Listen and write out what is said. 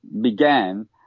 began